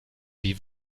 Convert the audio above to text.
wie